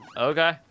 Okay